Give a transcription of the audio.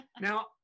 Now